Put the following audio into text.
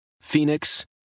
Phoenix